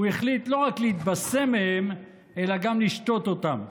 הוא החליט לא רק להתבשם מהם אלא גם לשתות אותם.